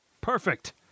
Perfect